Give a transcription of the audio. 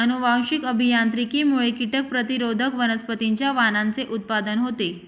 अनुवांशिक अभियांत्रिकीमुळे कीटक प्रतिरोधक वनस्पतींच्या वाणांचे उत्पादन होते